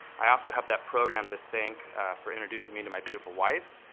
i also have that program to thank for introducing me to my beautiful wife.